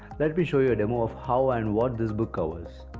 let me show you a demo of how and what this book covers.